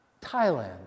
Thailand